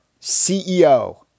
CEO